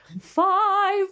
five